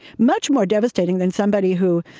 much more devastating than somebody who,